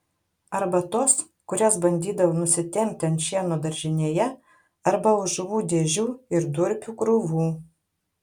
arba tos kurias bandydavo nusitempti ant šieno daržinėje arba už žuvų dėžių ir durpių krūvų